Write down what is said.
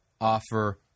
offer